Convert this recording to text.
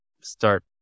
start